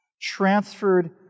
transferred